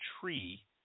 tree